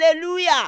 Hallelujah